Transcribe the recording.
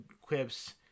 quips